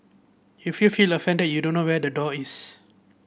if you feel offended you don't know where the door is